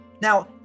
now